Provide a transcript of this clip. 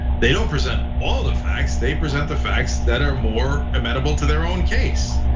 they don't present all the facts, they present the facts that are more amenable to their own case.